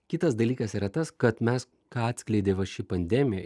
kitas dalykas yra tas kad mes ką atskleidė va ši pandemija